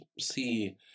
see